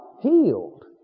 healed